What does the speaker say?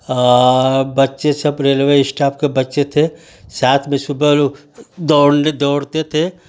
बच्चे सब railway staff के बच्चे थे साथ में सुबह दौड़ने दौड़ते थे